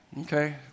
Okay